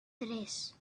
tres